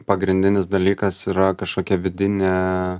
pagrindinis dalykas yra kažkokia vidinė